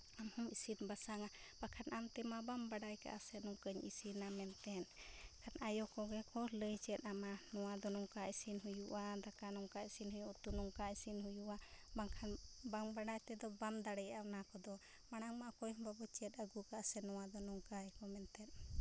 ᱟᱢᱦᱚᱢ ᱤᱥᱤᱱᱼᱵᱟᱥᱟᱝᱟ ᱵᱟᱠᱷᱟᱱ ᱟᱢ ᱛᱮᱢᱟ ᱵᱟᱢ ᱵᱟᱲᱟᱭ ᱟᱠᱟᱫᱼᱟ ᱥᱮ ᱱᱚᱝᱠᱟᱧ ᱤᱥᱤᱱᱟ ᱢᱮᱱᱛᱮ ᱮᱱᱠᱷᱟᱱ ᱟᱭᱚ ᱠᱚᱜᱮ ᱠᱚ ᱞᱟᱹᱭ ᱪᱮᱫ ᱟᱢᱟ ᱱᱚᱣᱟᱫᱚ ᱱᱚᱝᱠᱟ ᱤᱥᱤᱱ ᱦᱩᱭᱩᱜᱼᱟ ᱫᱟᱠᱟ ᱱᱚᱝᱠᱟ ᱤᱥᱤᱱ ᱦᱩᱭᱩᱜᱫᱼᱟ ᱩᱛᱩ ᱱᱚᱝᱠᱟ ᱤᱥᱤᱱ ᱦᱩᱭᱩᱜᱼᱟ ᱵᱟᱝᱠᱷᱟᱱ ᱵᱟᱝ ᱵᱟᱲᱟᱭ ᱛᱮᱫᱚ ᱵᱟᱢ ᱫᱟᱲᱮᱭᱟᱜᱼᱟ ᱚᱱᱟ ᱠᱚᱫᱚ ᱢᱟᱲᱟᱝ ᱢᱟ ᱚᱠᱚᱭᱦᱚᱸ ᱵᱟᱵᱚ ᱪᱮᱫ ᱟᱹᱜᱩ ᱠᱟᱫᱼᱟ ᱥᱮ ᱱᱚᱣᱟᱫᱚ ᱱᱚᱝᱠᱟᱭ ᱟᱠᱚ ᱢᱮᱱᱛᱮᱫ